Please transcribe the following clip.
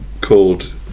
called